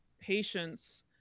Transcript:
patients